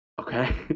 Okay